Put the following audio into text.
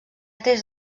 tres